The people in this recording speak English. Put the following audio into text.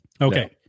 Okay